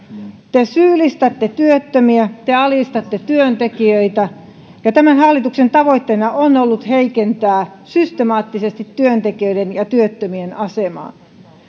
te syyllistätte työttömiä te alistatte työntekijöitä ja tämän hallituksen tavoitteena on ollut heikentää systemaattisesti työntekijöiden ja työttömien asemaa